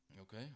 Okay